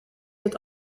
het